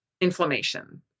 inflammation